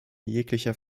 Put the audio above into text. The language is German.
jeglicher